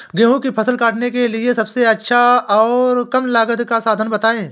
गेहूँ की फसल काटने के लिए सबसे अच्छा और कम लागत का साधन बताएं?